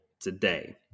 today